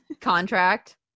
contract